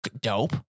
Dope